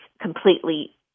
completely